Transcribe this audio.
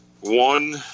one